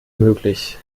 möglich